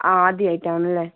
ആ ആദ്യായിട്ടാണല്ലേ